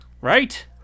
Right